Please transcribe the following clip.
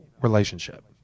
relationship